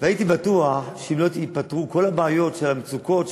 והייתי בטוח שאם לא ייפתרו כל הבעיות של המצוקות,